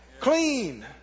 Clean